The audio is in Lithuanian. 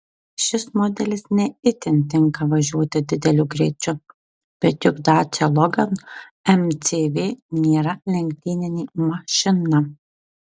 šis modelis ne itin tinka važiuoti dideliu greičiu bet juk dacia logan mcv nėra lenktyninė mašina